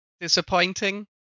disappointing